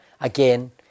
again